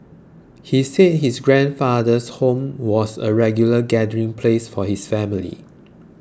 he said his grandfather's home was a regular gathering place for his family